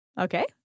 Okay